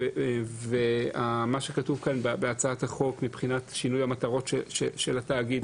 מה שכתוב כאן בהצעת החוק מבחינת שינוי מטרות התאגיד